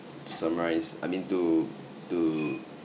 to summarize i mean to to